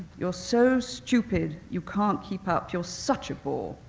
you're so stupid, you can't keep up, you're such a bore.